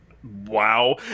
wow